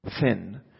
thin